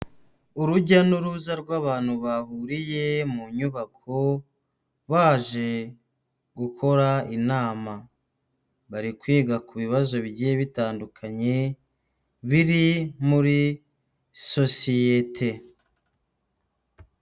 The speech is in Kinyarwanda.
Urujya n'uruza rw'abantu bahuriye mu nyubako baje gukora inama, bari kwiga ku bibazo bigiye bitandukanye biri muri sosiyete.